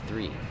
Three